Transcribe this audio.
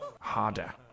harder